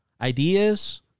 ideas